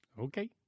Okay